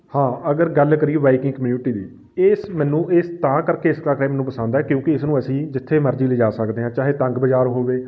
ਹਾਂ ਅਗਰ ਗੱਲ ਕਰੀਏ ਬਾਈਕਿੰਗ ਕਮਿਊਨਿਟੀ ਦੀ ਇਸ ਮੈਨੂੰ ਇਸ ਤਾਂ ਕਰਕੇ ਇਸ ਤਰ੍ਹਾਂ ਮੈਨੂੰ ਪਸੰਦ ਕਿਉਂਕਿ ਇਸ ਨੂੰ ਅਸੀਂ ਜਿੱਥੇ ਮਰਜ਼ੀ ਲਿਜਾ ਸਕਦੇ ਹਾਂ ਚਾਹੇ ਤੰਗ ਬਾਜ਼ਾਰ ਹੋਵੇ